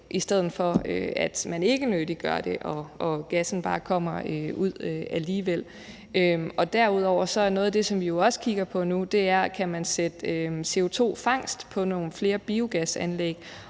i stedet for at man ikke nyttiggør det og gassen bare kommer ud alligevel. Derudover er noget af det, som vi jo også kigger på nu, om man kan sætte CO2-fangst på nogle flere biogasanlæg